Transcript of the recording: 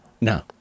No